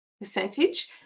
percentage